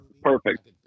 perfect